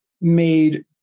made